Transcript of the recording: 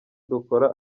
dukora